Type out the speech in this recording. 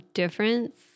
difference